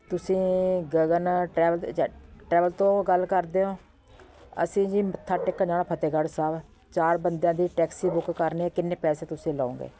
ਤੁਸੀਂ Gagan travel agent travel ਤੋਂ ਗੱਲ ਕਰਦੇ ਓਂ ਅਸੀਂ ਜੀ ਮੱਥਾ ਟੇਕਣ ਜਾਣਾ ਫਤਿਹਗੜ੍ਹ ਸਾਹਿਬ ਚਾਰ ਬੰਦਿਆਂ ਦੀ ਟੈਕਸੀ ਬੁੱਕ ਕਰਨੀ ਆ ਕਿੰਨੇ ਪੈਸੇ ਤੁਸੀਂ ਲਓਂਗੇ